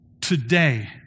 today